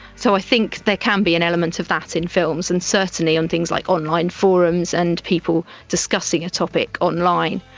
so i think there can be an element of that in films, and certainly in things like online forums and people discussing a topic online.